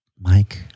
Mike